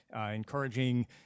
encouraging